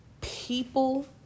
people